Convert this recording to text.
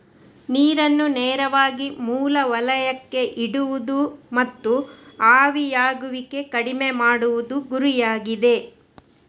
ನೀರನ್ನು ನೇರವಾಗಿ ಮೂಲ ವಲಯಕ್ಕೆ ಇಡುವುದು ಮತ್ತು ಆವಿಯಾಗುವಿಕೆ ಕಡಿಮೆ ಮಾಡುವುದು ಗುರಿಯಾಗಿದೆ